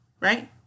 right